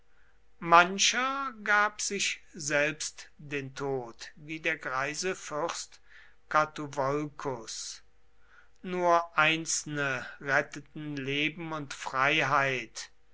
mancher gab sich selbst den tod wie der greise fürst catuvolcus nur einzelne retteten leben und freiheit